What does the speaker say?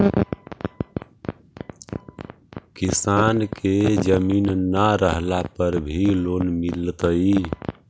किसान के जमीन न रहला पर भी लोन मिलतइ?